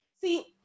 See